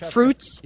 Fruits